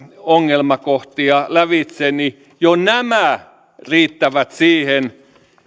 ongelmakohtia lävitse jo nämä riittävät siihen